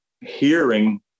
hearing